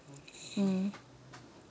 mm